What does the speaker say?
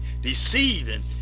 deceiving